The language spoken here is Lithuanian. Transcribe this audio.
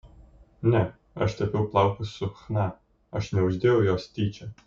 ne aš tepiau plaukus su chna aš neuždėjau jos tyčia